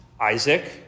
Isaac